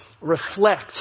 reflect